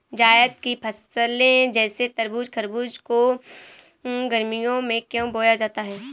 जायद की फसले जैसे तरबूज़ खरबूज को गर्मियों में क्यो बोया जाता है?